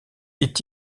est